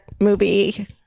movie